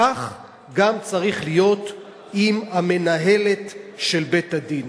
כך גם צריך להיות עם המנהלת של בית-הדין.